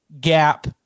Gap